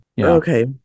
Okay